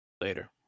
Later